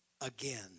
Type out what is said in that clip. again